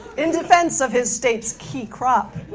in defense of his state's key crop,